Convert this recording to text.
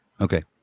Okay